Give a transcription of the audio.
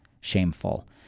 shameful